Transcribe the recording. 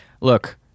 look